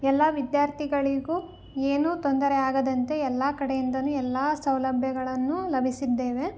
ಎಲ್ಲ ವಿದ್ಯಾರ್ಥಿಗಳಿಗು ಏನು ತೊಂದರೆ ಆಗದಂತೆ ಎಲ್ಲ ಕಡೆಯಿಂದಲು ಎಲ್ಲ ಸೌಲಭ್ಯಗಳನ್ನು ಲಭಿಸಿದ್ದೇವೆ